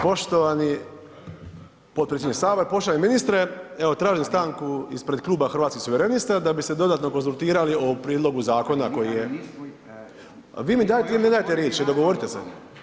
Poštovani potpredsjedniče sabora, poštovani ministre evo tražim stanku ispred Kluba Hrvatskih suverenista da bi se dodatno konzultirali o prijedlogu zakona koji je, vi mi daje, vi mi ne dajete riječ, dogovorite se.